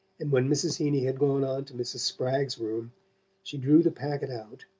and when mrs. heeny had gone on to mrs. spragg's room she drew the packet out,